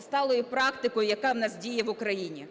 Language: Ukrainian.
сталою практикою, яка в нас діє в Україні.